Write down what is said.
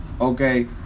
Okay